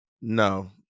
No